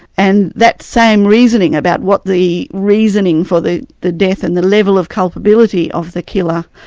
and that same reasoning about what the reasoning for the the death, and the level of culpability of the killer,